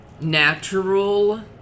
Natural